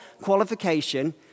qualification